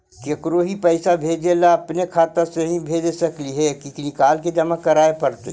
केकरो ही पैसा भेजे ल अपने खाता से ही भेज सकली हे की निकाल के जमा कराए पड़तइ?